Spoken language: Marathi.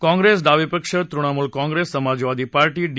काँप्रेस डावे पक्ष तृणमुल काँप्रेस समाजवादी पार्टी डी